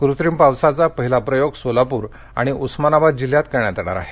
कृत्रिम पावसाचा पहिला प्रयोग सोलापूर आणि उस्मानाबाद जिल्ह्यात करण्यात येणार आहे